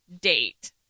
date